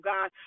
God